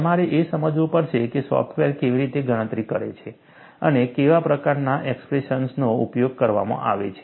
તમારે એ સમજવું પડશે કે સોફ્ટવેર કેવી રીતે ગણતરી કરે છે અને કેવા પ્રકારના એક્સપ્રેશનનો ઉપયોગ કરવામાં આવે છે